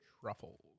Truffles